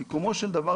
סיכומו של דבר,